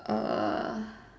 uh